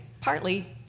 partly